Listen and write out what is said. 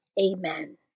Amen